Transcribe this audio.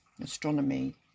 Astronomy